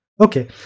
okay